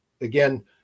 again